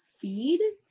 feed